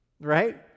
right